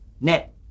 net